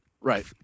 Right